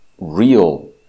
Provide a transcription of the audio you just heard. real